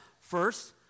first